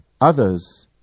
others